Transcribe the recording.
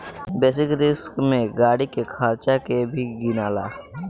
basic risk में गाड़ी के खर्चा के भी गिनाला